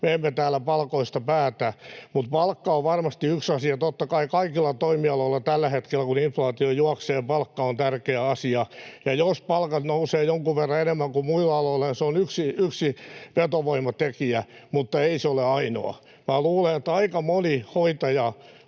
Me emme täällä palkoista päätä, mutta palkka on varmasti yksi asia. Totta kai kaikilla toimialoilla tällä hetkellä, kun inflaatio juoksee, palkka on tärkeä asia. Ja jos palkat nousevat jonkun verran enemmän kuin muilla aloilla, niin se on yksi vetovoimatekijä, mutta ei se ole ainoa. Minä luulen, että aika moni hoitaja